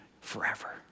forever